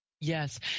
Yes